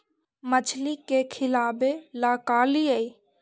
मछली के खिलाबे ल का लिअइ?